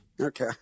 Okay